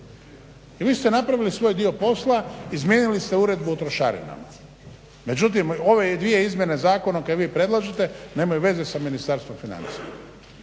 I vi ste napravili svoj dio posla, izmijenili ste Uredbu o trošarinama, međutim ove dvije izmjene zakona koje vi predlažete nemaju veze sa Ministarstvom financija